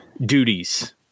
duties